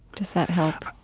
does that help?